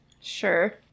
Sure